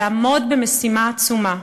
לעמוד במשימה עצומה,